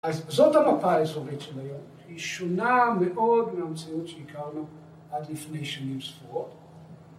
‫אז זאת המפה הזו בעצם היום. ‫היא שונה מאוד מהמצאות ‫שהכרנו עד לפני שנים ספורות.